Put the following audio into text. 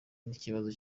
n’ikibazo